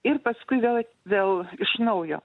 ir paskui vėl vėl iš naujo